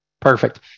Perfect